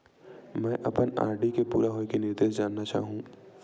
मैं अपन आर.डी के पूरा होये के निर्देश जानना चाहहु